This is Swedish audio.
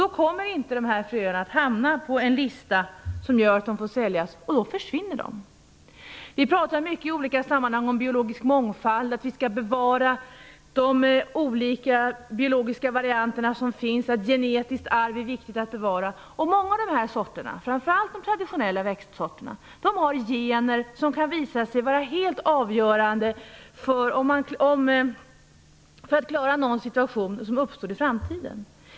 Då kommer inte deras fröer med på den lista som gör att de får säljas, och då försvinner de. Vi talar mycket i olika sammanhang om biologisk mångfald, att vi skall bevara de olika biologiska varianterna som finns och att det är viktigt att bevara ett genetiskt arv. Många av dessa frösorter, framför allt de traditionella växtsorterna, har gener som kan visa sig vara helt avgörande för att klara en situation som kan uppstå i framtiden.